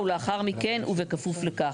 לאחר מכן ובכפוף לכך".